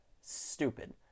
stupid